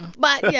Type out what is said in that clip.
but yeah.